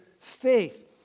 faith